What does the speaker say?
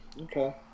Okay